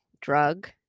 drug